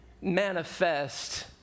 manifest